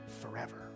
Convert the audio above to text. forever